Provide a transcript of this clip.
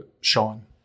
Sean